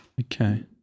Okay